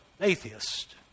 atheist